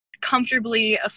comfortably